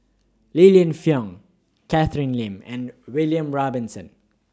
Li Lienfung Catherine Lim and William Robinson